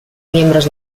miembros